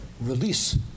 release